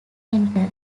enter